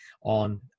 on